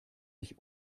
sich